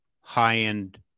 high-end